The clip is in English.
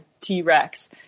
T-Rex